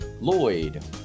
lloyd